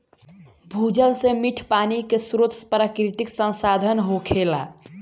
भूजल से मीठ पानी के स्रोत प्राकृतिक संसाधन होखेला